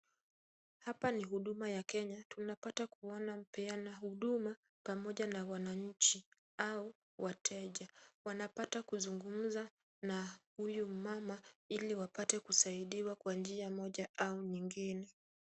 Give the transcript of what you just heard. Hapa ni Huduma ya Kenya, tunapata kuona mpeana huduma pamoja na wananchi au wateja. Wanapata kuzungumza na huyu mama ili wapate kusaidiwa kwa njia moja au nyingine.